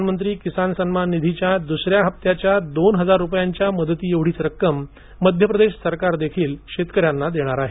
प्रधानमंत्री किसान सम्मान निधीच्या दुसऱ्या हप्त्याच्या दोन हजार रुपयांच्या मदतीत एवढीच रक्कम मध्यप्रदेश सरकार देखील देणार आहे